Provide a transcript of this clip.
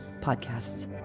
podcasts